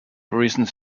reasons